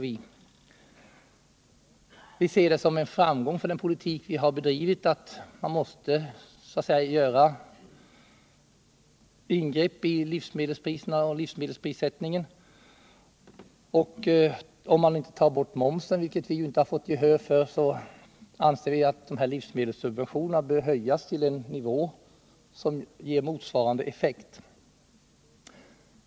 Vi ser det som en framgång för den politik som vi har bedrivit att man gör ingrepp i prissättningen på livsmedel. Om man inte tar bort momsen —- vilket krav vi inte har fått gehör för — anser vi att livsmedelssubventionerna bör höjas till en nivå som ger motsvarande effekt.